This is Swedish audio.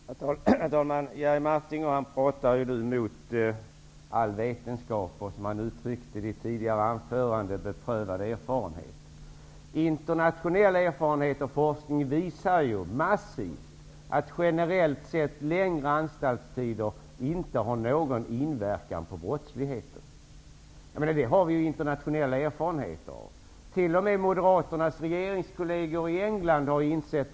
Herr talman! Jerry Martinger pratar nu mot all vetenskap, eller som han uttryckte det i sitt tidigare anförande mot all beprövad erfarenhet. Internationell erfarenhet och forskning visar massivt att generellt längre anstaltstider inte har någon inverkan på brottsligheten. Det har vi internationella erfarenheter av. Detta har t.o.m. Moderaternas regeringskolleger i England insett.